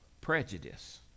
prejudice